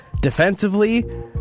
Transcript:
defensively